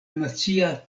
nacia